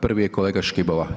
Prvi je kolega Škibola.